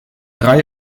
drei